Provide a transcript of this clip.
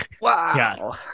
Wow